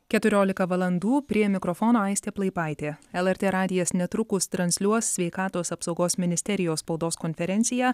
keturiolika valandų prie mikrofono aistė plaipaitė lrt radijas netrukus transliuos sveikatos apsaugos ministerijos spaudos konferenciją